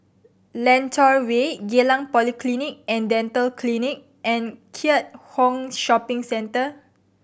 Lentor Way Geylang Polyclinic And Dental Clinic and Keat Hong Shopping Centre